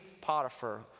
Potiphar